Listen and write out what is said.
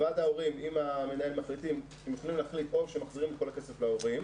ועד ההורים עם המנהל יכולים להחליט או שמחזירים את כל הכסף להורים,